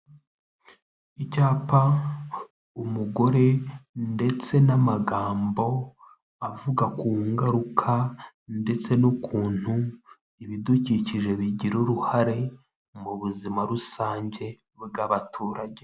Icyapa umugore ndetse n'amagambo avuga ku ngaruka ndetse n'ukuntu ibidukikije bigira uruhare mu buzima rusange bw'abaturage.